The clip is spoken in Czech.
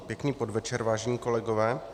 Pěkný podvečer, vážení kolegové.